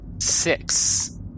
six